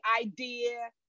idea